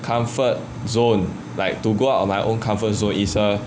comfort zone like to go out on my own comfort zone is a